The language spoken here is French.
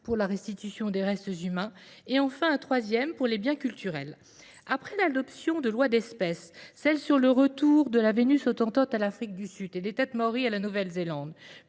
pour la restitution des restes humains et enfin un troisième pour les biens culturels. Après l'adoption de lois d'espèces, celles sur le retour de la Vénus autentote à l'Afrique du Sud et des têtes mauries à la Nouvelle-Zélande,